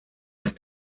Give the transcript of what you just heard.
las